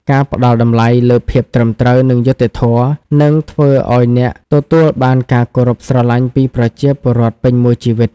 ការផ្តល់តម្លៃលើភាពត្រឹមត្រូវ និងយុត្តិធម៌ នឹងធ្វើឱ្យអ្នកទទួលបានការគោរពស្រឡាញ់ពីប្រជាពលរដ្ឋពេញមួយជីវិត។